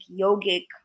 yogic